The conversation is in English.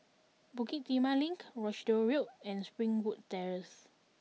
Bukit Timah Link Rochdale Road and Springwood Terrace